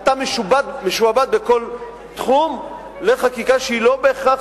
אתה משועבד בכל תחום לחקיקה שהיא לא בהכרח